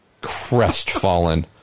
crestfallen